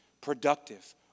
productive